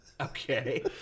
Okay